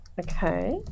Okay